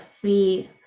free